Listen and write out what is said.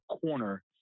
corner